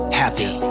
happy